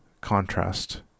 contrast